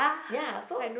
ya so